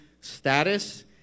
status